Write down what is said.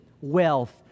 wealth